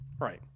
Right